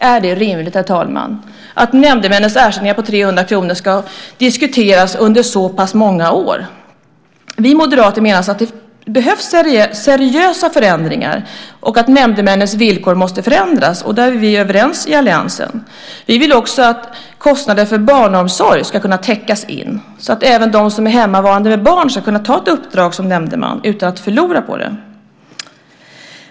Är det rimligt, herr talman, att nämndemännens ersättning på 300 kr ska diskuteras under så många år? Vi moderater menar att det behövs seriösa förändringar och att nämndemännens villkor måste förändras, och där är vi överens i alliansen. Vi vill också att kostnader för barnomsorg ska kunna täckas in, så att även de som är hemmavarande med barn ska kunna ta ett uppdrag som nämndeman utan att förlora på det.